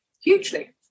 hugely